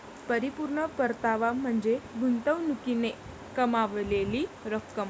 परिपूर्ण परतावा म्हणजे गुंतवणुकीने कमावलेली रक्कम